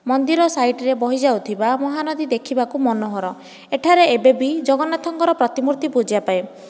ମନ୍ଦିର ସାଇଟରେ ବହିଯାଉଥିବା ମହାନଦୀ ଦେଖିବାକୁ ମନୋହର ଏଠାରେ ଏବେବି ଜଗନ୍ନାଥଙ୍କର ପ୍ରତିମୂର୍ତ୍ତି ପୂଜାପାଏ